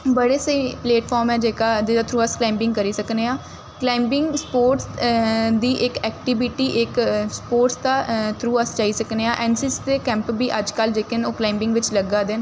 बड़े स्हेई प्लेटफार्म ऐ जेह्का जेह्दे थ्रू अस क्लाइंबिंग करी सकने आं क्लाइंबिंग स्पोर्टस दी इक ऐक्टिविटी इक स्पोर्टस दा थ्रू अस जाई सकने आं ऐन्न सी सी दे कैंप बी अजकल्ल जेह्के न ओह् क्लाइंबिंग बिच्च लग्गा दे न